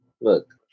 Look